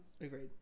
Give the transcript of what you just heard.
Agreed